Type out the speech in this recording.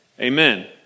Amen